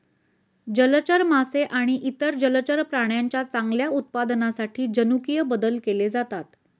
जलचर मासे आणि इतर जलचर प्राण्यांच्या चांगल्या उत्पादनासाठी जनुकीय बदल केले जातात